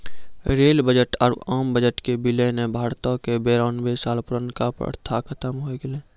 rail budget आरु आम budget के विलय ने भारतो के बेरानवे साल पुरानका प्रथा खत्म होय गेलै